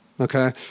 Okay